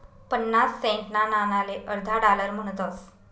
पन्नास सेंटना नाणाले अर्धा डालर म्हणतस